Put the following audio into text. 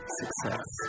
success